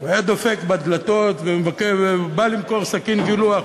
והיה דופק בדלתות, בא למכור סכין גילוח.